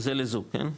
זה לזוג כן?